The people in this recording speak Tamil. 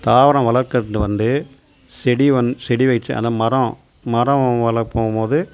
தாவரம் வளர்க்கிறதுக்கு வந்து செடி வந் செடி வச்சு அந்த மரம் மரம் வளர்ப்போம் போது